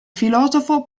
filosofo